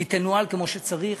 היא תנוהל כפי שצריך,